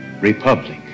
republic